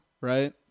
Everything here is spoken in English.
right